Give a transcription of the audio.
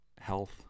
health